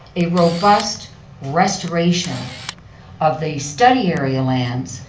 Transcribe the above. a robust restoration of the study area lands,